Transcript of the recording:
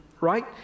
right